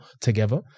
together